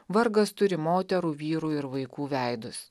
vargas turi moterų vyrų ir vaikų veidus